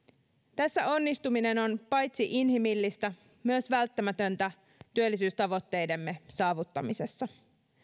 tässä onnistuminen on paitsi inhimillistä myös välttämätöntä työllisyystavoitteidemme saavuttamisessa